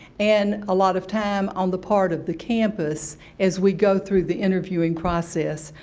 and a lot of time on the part of the campus as we go through the interviewing process.